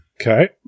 Okay